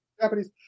Japanese